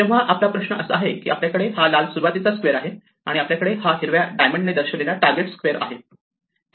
तेव्हा आपला प्रश्न असा आहे की आपल्याकडे हा लाल सुरुवातीचा स्क्वेअर आहे आणि आपल्याकडे हा हिरव्या डायमंड ने दर्शविलेला टारगेट स्क्वेअर आहे